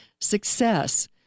success